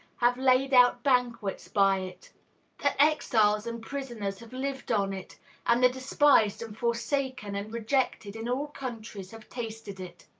have laid out banquets by it that exiles and prisoners have lived on it and the despised and forsaken and rejected in all countries have tasted it.